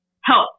Help